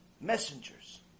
messengers